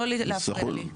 לא להפריע לי,